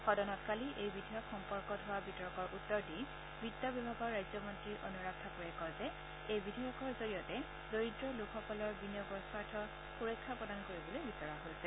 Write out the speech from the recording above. সদনত কালি এই বিধেয়ক সম্পৰ্কত হোৱা বিতৰ্কৰ উত্তৰ দি বিত্ত বিভাগৰ ৰাজ্যমন্ত্ৰী অনুৰাগ ঠাকুৰে কয় যে এই বিধেয়কৰ জৰিয়তে দৰিদ্ৰ লোকসকলৰ বিনিয়োগৰ স্বাৰ্থত সুৰক্ষা প্ৰদান কৰিবলৈ বিচৰা হৈছে